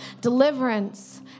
Deliverance